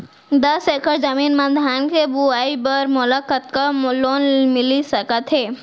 दस एकड़ जमीन मा धान के बुआई बर मोला कतका लोन मिलिस सकत हे?